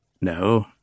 No